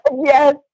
Yes